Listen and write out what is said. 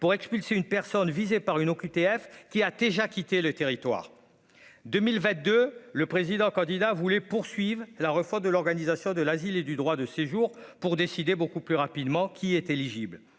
pour expulser une personne visée par une OQTF qui a déjà quitté le territoire 2022 le président candidat vous voulez poursuivent la refonte de l'organisation de l'asile et du droit de séjour pour décider beaucoup plus rapidement qui est éligible,